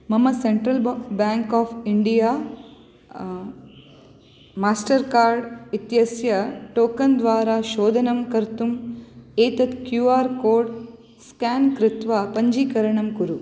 मम सेण्ट्रल् ब bank of India Mastercard इत्यस्य टोकन् द्वारा शोधनं कर्तुम् एतत् क्यू आर् कोड् स्केन् कृत्वा पञ्जीकरणं कुरु